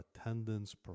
attendance